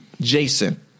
Jason